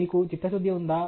మీకు చిత్తశుద్ధి ఉందా